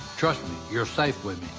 trust me, you're safe with me.